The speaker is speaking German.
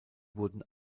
wurden